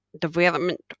development